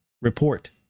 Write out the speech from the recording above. report